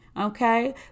Okay